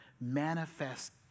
manifest